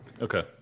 Okay